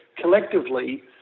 collectively